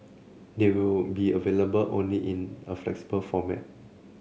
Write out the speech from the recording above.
they will be available only in a flexible format